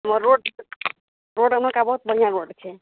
हँ road road एम्हुरका बहुत बढ़िऑं रोड छै